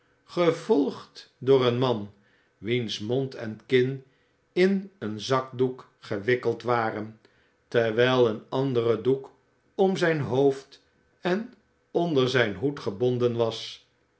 gevolgd door een man wiens mond en kin in een zakdoek gewikkeld waren terwijl een andere doek om zijn hoofd en onder zijn hoed gebonden was